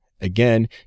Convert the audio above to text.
Again